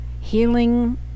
healing